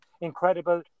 incredible